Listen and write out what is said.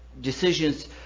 decisions